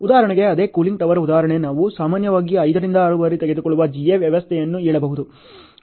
ಉದಾಹರಣೆಗೆ ಅದೇ cooling tower ಉದಾಹರಣೆ ನಾವು ಸಾಮಾನ್ಯವಾಗಿ 5 6 ಬಾರಿ ತೆಗೆದುಕೊಳ್ಳುವ GA ವ್ಯವಸ್ಥೆಯನ್ನು ಹೇಳಬಹುದು